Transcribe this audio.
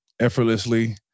effortlessly